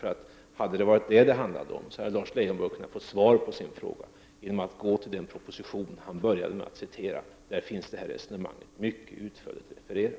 Hade det varit detta som debatten handlar om, hade Lars Leijonborg kunnat få svar på sin fråga genom att läsa den proposition som han började med att citera. Där finns detta resonemang mycket utförligt refererat.